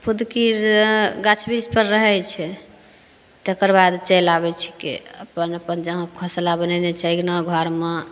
फुदकी जे गाछ बृछ पर रहैत छै तेकर बाद चलि आबैत छिकै अपन अपन जहाँ घोँसला बनेने छै अङ्गना घरमे